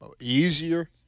easier